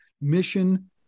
mission